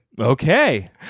Okay